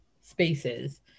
spaces